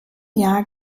jahr